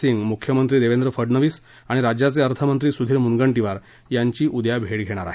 सिंग मुख्यमंत्री देवेंद्र फडनवीस आणि राज्याचे अर्थमंत्री सुधीर मुनगंटीवार यांची उद्या भेट घेणार आहेत